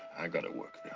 i got to work,